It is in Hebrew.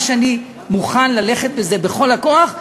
מה שאני מוכן ללכת בכל הכוח,